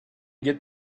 get